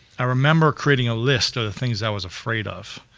i remember creating a list of the things i was afraid of,